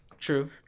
True